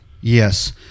Yes